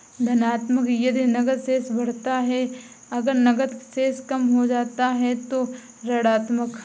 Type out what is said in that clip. धनात्मक यदि नकद शेष बढ़ता है, अगर नकद शेष कम हो जाता है तो ऋणात्मक